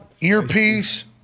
earpiece